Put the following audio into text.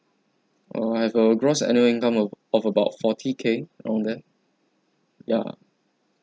err I have a gross annual income of of about forty K around that ya